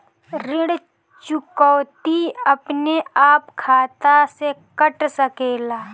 ऋण चुकौती अपने आप खाता से कट सकेला?